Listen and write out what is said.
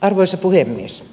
arvoisa puhemies